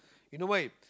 you know why